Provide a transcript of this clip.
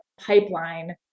pipeline